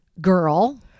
girl